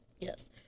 Yes